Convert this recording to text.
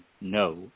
no